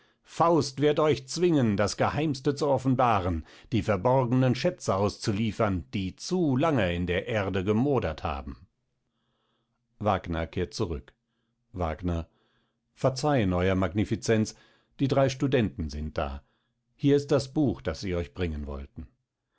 faust wird euch zwingen das geheimste zu offenbaren die verborgenen schätze auszuliefern die zu lange in der erde gemodert haben wagner kehrt zurück wagner verzeihen ew magnificenz die drei studenten sind da hier ist das buch das sie euch bringen wollten